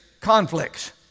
conflicts